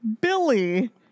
Billy